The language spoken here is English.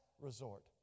resort